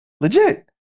Legit